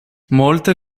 molte